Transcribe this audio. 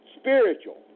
spiritual